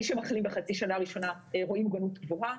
מי שמחלים בחצי שנה ראשונה רואים מוגנות גבוהה,